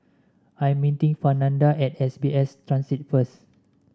I am meeting Fernanda at S B S Transit first